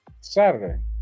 Saturday